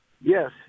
Yes